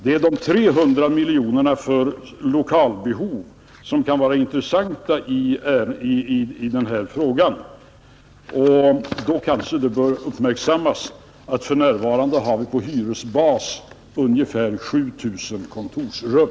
Det är de 300 miljonerna för lokalbehov som kan vara intressanta i den här frågan. Då kanske det bör uppmärksammas att för närvarande har vi på hyresbas ungefär 7 000 kontorsrum,